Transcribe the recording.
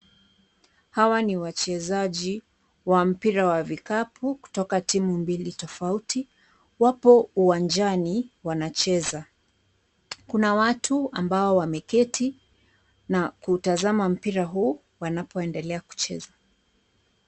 Hawa ni wachezaji wa mpira wa vikapu kutoka timu mbili tofauti, wapo uwanjani wanacheza, kuna watu ambao wameketi na kutazama mpira huu wanapoendelea kucheza.